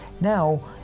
now